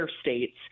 states